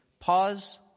Pause